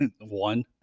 One